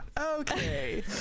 Okay